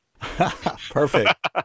perfect